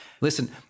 Listen